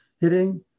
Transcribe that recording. hitting